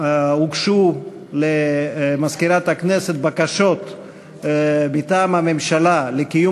הוגשו למזכירת הכנסת בקשות מטעם הממשלה לקיים